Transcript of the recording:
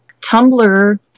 tumblr